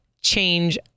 change